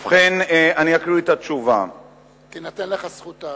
ובכן, אני אקרא את התשובה: תינתן לך זכות השאלה.